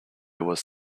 was